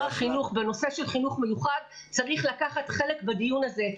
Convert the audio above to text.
החינוך בנושא החינוך המיוחד צריך לקחת חלק בדיון הזה.